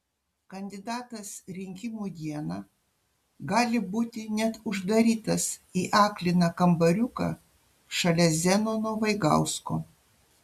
kandidatas rinkimų dieną gali būti net uždarytas į akliną kambariuką šalia zenono vaigausko